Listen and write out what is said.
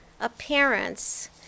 appearance